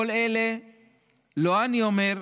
את כל אלו לא אני אומר.